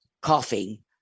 Coughing